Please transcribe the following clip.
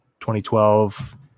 2012